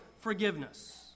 forgiveness